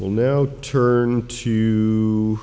will now turn to